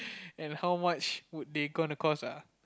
and how much would they going to cost ah